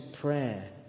prayer